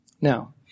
Now